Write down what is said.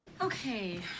Okay